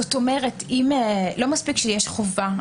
לא מספיק שיש חובה.